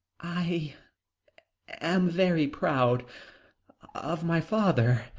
i am very proud of my father.